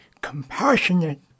compassionate